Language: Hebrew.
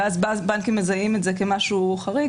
ואז בנקים מזהים את זה כמשהו חריג.